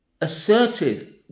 assertive